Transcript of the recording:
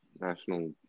National